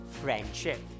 friendship